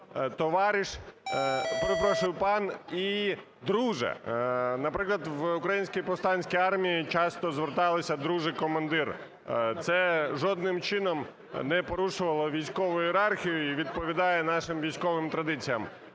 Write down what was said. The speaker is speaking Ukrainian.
"товариш", перепрошую, "пан" і "друже", наприклад, в Українській повстанській армії часто зверталися "друже-командир", це жодними чином не порушувало військову ієрархію і відповідає нашим військовим традиціям.